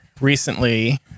recently